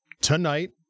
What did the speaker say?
tonight